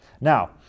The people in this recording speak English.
Now